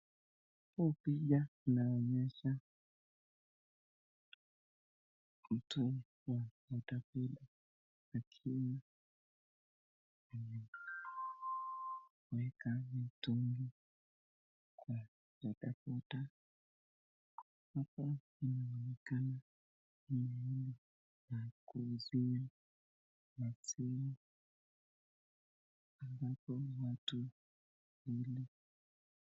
Huu picha inaonyesha mtu wa bodaboda akiwa anaweka mitungi kwa bodaboda, hapa inaonekana mahali pa kuuzia maziwa ambapo watu.